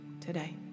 today